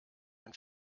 ein